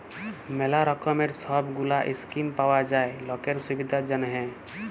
ম্যালা রকমের সব গুলা স্কিম পাওয়া যায় লকের সুবিধার জনহ